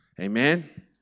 Amen